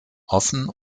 offen